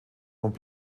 und